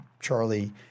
Charlie